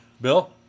Bill